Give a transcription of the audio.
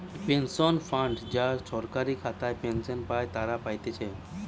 pension fund যারা সরকারি খাতায় পেনশন পাই তারা পাতিছে